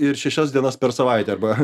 ir šešias dienas per savaitę arba